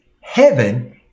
heaven